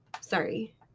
sorry